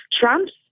Trump's